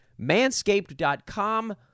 Manscaped.com